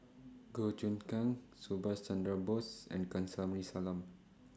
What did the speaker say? Goh Choon Kang Subhas Chandra Bose and Kamsari Salam